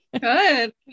Good